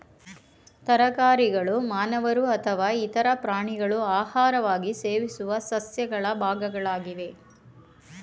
ತರಕಾರಿಗಳು ಮಾನವರು ಅಥವಾ ಇತರ ಪ್ರಾಣಿಗಳು ಆಹಾರವಾಗಿ ಸೇವಿಸುವ ಸಸ್ಯಗಳ ಭಾಗಗಳಾಗಯ್ತೆ